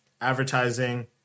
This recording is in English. advertising